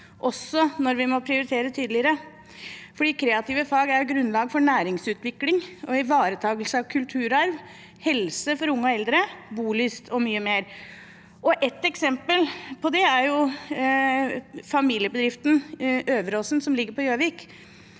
også når vi må prioritere tydeligere, for kreative fag er et grunnlag for næringsutvikling og ivaretakelse av kulturarv, helse for unge og eldre, bolyst og mye mer. Et eksempel på det er familiebedriften Øveraasen, som ligger på Gjøvik.